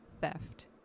theft